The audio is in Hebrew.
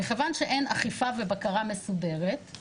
מכיוון שאין אכיפה ובקרה מסודרת,